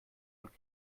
und